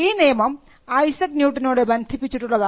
ഈ നിയമം ഐസക് ന്യൂട്ടനോട് ബന്ധിപ്പിച്ചുള്ളതാണ്